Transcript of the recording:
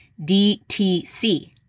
DTC